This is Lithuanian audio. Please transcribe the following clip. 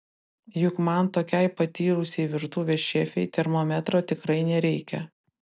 juk man tokiai patyrusiai virtuvės šefei termometro tikrai nereikia